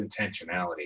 intentionality